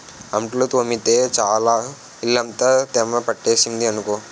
అంట్లు తోమితే చాలు ఇల్లంతా తేమ పట్టేసింది అనుకో